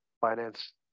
finance